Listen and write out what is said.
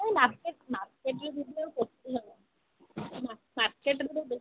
ଏଇ market market ବିଜିନେସ୍ରେ ପଶି ହବନି ମାର୍କେଟ୍ରେ ଏବେ